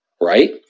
right